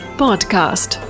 podcast